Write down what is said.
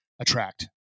attract